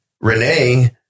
Renee